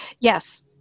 Yes